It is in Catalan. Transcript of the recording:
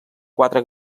quatre